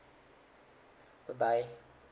bye bye